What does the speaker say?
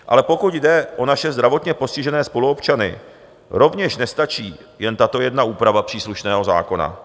Ale pokud jde o naše zdravotně postižené spoluobčany, rovněž nestačí jen tato jedna úprava příslušného zákona.